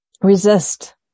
resist